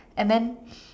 and then